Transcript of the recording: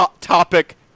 topic